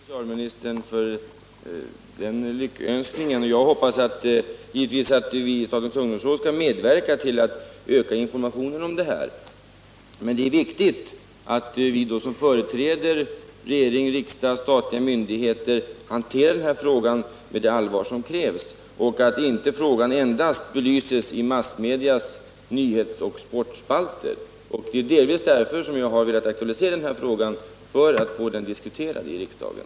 Herr talman! Jag tackar socialministern för den lyckönskningen. Jag hoppas givetvis att vi i statens ungdomsråd skall kunna medverka till att öka informationen. Men det är då viktigt att företrädare för riksdagen, regeringen och statliga myndigheter hanterar denna fråga med det allvar som krävs och att frågan inte endast belyses i massmedias nyhetsoch sportspalter. Det är för att få frågan aktualiserad som jag har framställt interpellationen här i riksdagen.